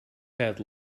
head